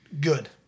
good